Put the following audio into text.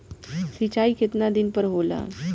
सिंचाई केतना दिन पर होला?